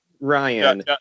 Ryan